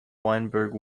weinberg